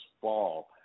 fall